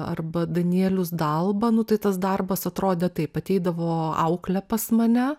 arba danielius dalba nu tai tas darbas atrodė taip ateidavo auklė pas mane